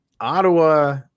Ottawa